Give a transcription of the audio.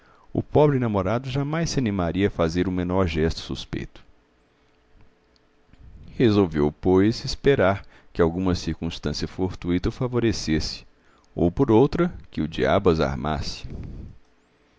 o pobre namorado jamais se animaria a fazer o menor gesto suspeito resolveu pois esperar que alguma circunstância fortuita o favorecesse ou por outra que o diabo as armasse